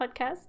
podcast